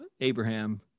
Abraham